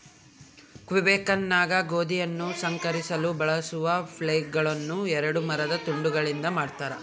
ಕ್ವಿಬೆಕ್ನಾಗ ರೈತರು ಗೋಧಿಯನ್ನು ಸಂಸ್ಕರಿಸಲು ಬಳಸುವ ಫ್ಲೇಲ್ಗಳುನ್ನ ಎರಡು ಮರದ ತುಂಡುಗಳಿಂದ ಮಾಡತಾರ